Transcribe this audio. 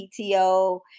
PTO